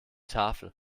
tafel